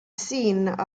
scene